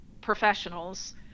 professionals